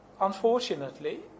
unfortunately